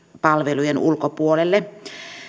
palvelujen ulkopuolelle